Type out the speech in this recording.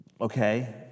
okay